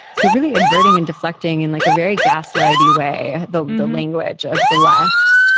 so really, adverting and deflecting in like a very gaslighted way the the language of the left.